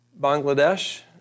Bangladesh